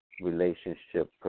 relationship